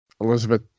Elizabeth